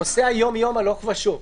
נוסע יום-יום הלוך ושוב,